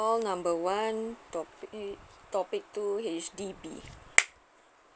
call number one topic topic two H_D_B